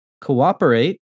cooperate